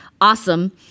awesome